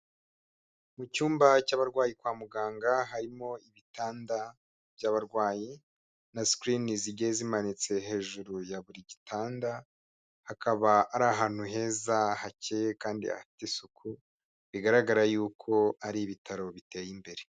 Mu cyumba cy'abarwayi kwa muganga, harimo ibitanda by'abarwayi na sikirini zigiye zimanitse hejuru ya buri gitanda, hakaba hari ahantu heza hakeye kandi hafite isuku bigaragara yuko ari ibitaro biteye imbere.